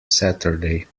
saturday